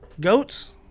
Goats